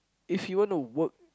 if you want to work